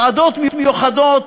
ועדות מיוחדות,